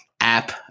app